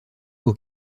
aux